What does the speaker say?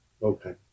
Okay